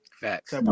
Facts